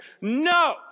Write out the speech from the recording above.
No